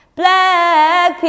black